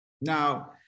now